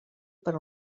per